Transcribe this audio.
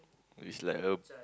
is like a